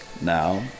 Now